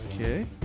Okay